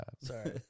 Sorry